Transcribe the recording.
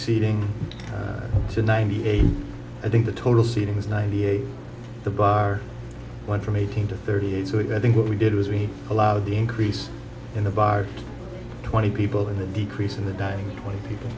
seating to ninety eight i think the total seating was ninety eight the bar went from eighteen to thirty eight so i think what we did was we allowed the increase in the bar twenty people in the decrease in the dining room when people